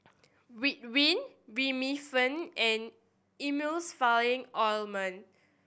Ridwind Remifemin and Emulsying Ointment